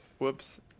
whoops